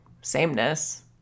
sameness